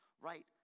right